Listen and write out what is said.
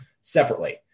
separately